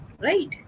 right